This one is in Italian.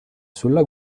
sulla